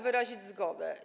Wyrazić zgodę.